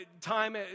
time